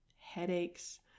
headaches